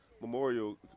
memorial